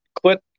quit